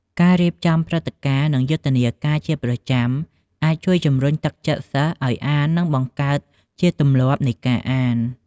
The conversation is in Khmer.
ការរៀបចំព្រឹត្តិការណ៍ និងយុទ្ធនាការជាប្រចាំ អាចជួយជំរុញទឹកចិត្តសិស្សឱ្យអាន និងបង្កើតជាទម្លាប់នៃការអាន។